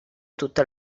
tutto